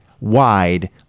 wide